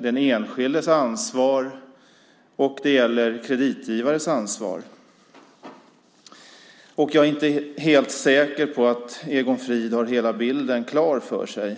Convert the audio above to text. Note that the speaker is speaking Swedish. den enskildes ansvar och kreditgivarens ansvar. Jag är inte helt säker på att Egon Frid har hela bilden klar för sig.